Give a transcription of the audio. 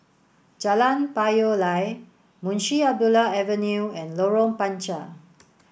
Jalan Payoh Lai Munshi Abdullah Avenue and Lorong Panchar